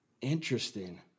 Interesting